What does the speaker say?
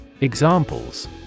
Examples